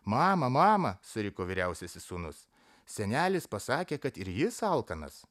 mama mama suriko vyriausiasis sūnus senelis pasakė kad ir jis alkanas